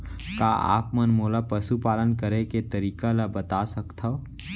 का आप मन मोला पशुपालन करे के तरीका ल बता सकथव?